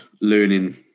learning